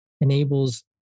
enables